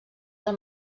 del